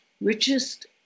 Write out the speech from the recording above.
richest